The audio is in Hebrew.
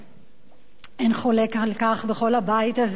אין בכל הבית הזה חולק על כך שאירן